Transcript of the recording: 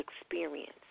experience